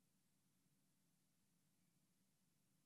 את